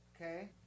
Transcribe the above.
Okay